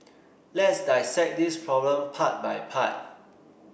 let's dissect this problem part by part